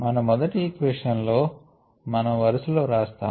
మన మొదటి ఈక్వేషన్ లో మనం ఈ వరుసలో వ్రాస్తాము